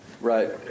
Right